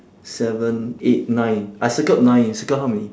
seven eight nine I circled nine you circled how many